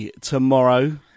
tomorrow